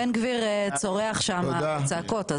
בן גביר צורח שם בצעקות.